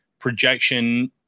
projection